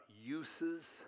uses